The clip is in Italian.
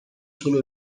sono